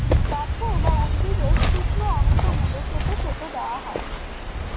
গাছের বা উদ্ভিদের শুকনো অংশ গুলো কেটে ফেটে দেওয়া হয়